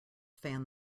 fan